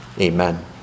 amen